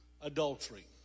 adultery